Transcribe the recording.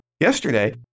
yesterday